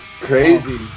crazy